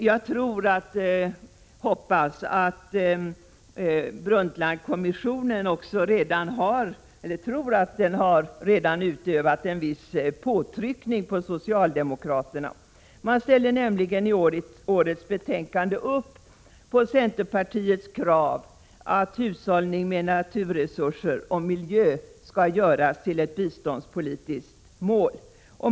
Jag tror att Brundtlandkommissionen redan har utövat en viss påtryckning på socialdemokraterna. De går nämligen i betänkandet i år med på centerpartiets krav att hushållning med naturresurser och miljö skall göras till ett biståndspolitiskt mål.